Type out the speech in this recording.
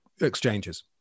exchanges